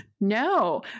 No